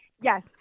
Yes